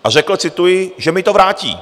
A řekl, cituji, že mi to vrátí.